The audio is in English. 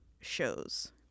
shows